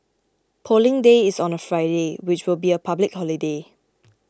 Polling Day is on a Friday which will be a public holiday